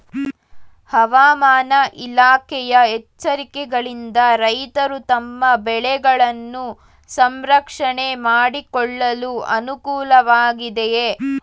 ಹವಾಮಾನ ಇಲಾಖೆಯ ಎಚ್ಚರಿಕೆಗಳಿಂದ ರೈತರು ತಮ್ಮ ಬೆಳೆಗಳನ್ನು ಸಂರಕ್ಷಣೆ ಮಾಡಿಕೊಳ್ಳಲು ಅನುಕೂಲ ವಾಗಿದೆಯೇ?